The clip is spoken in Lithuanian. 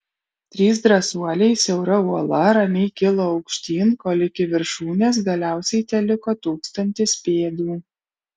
trys drąsuoliai siaura uola ramiai kilo aukštyn kol iki viršūnės galiausiai teliko tūkstantis pėdų